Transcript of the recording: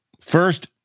First